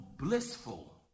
blissful